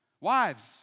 Wives